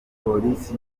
polisi